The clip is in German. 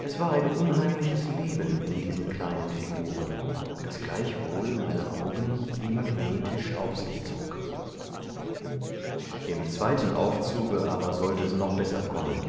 es war ein unheimliches leben in diesen kleinen figuren das gleichwohl meine augen wie magnetisch auf sich zog im zweiten aufzuge aber sollte es noch besser kommen